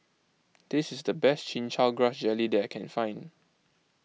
this is the best Chin Chow Grass Jelly that I can find